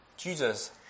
Jesus